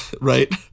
Right